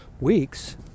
weeks